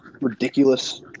ridiculous –